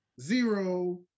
zero